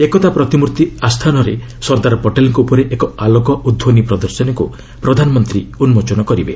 ଏକତା ପ୍ରତିମୂର୍ତ୍ତି ଆସ୍ଥାନରେ ସର୍ଦ୍ଦାର ପଟେଲ୍ଙ୍କ ଉପରେ ଏକ ଆଲୋକ ଓ ଧ୍ୱନି ପ୍ରଦର୍ଶନୀକୁ ପ୍ରଧାନମନ୍ତ୍ରୀ ଉନ୍କୋଚନ କରିବେ